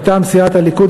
מטעם סיעת הליכוד,